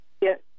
Yes